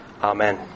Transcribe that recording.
Amen